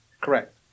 correct